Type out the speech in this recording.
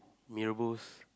mee-rebus